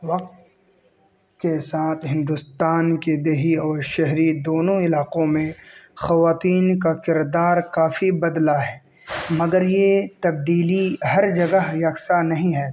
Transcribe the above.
وقت کے ساتھ ہندوستان کی دیہی اور شہری دونوں علاقوں میں خواتین کا کردار کافی بدلا ہے مگر یہ تبدیلی ہر جگہ یکسا نہیں ہے